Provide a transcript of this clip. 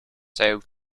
sailed